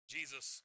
Jesus